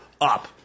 Up